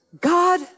God